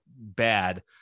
Bad